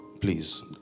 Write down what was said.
Please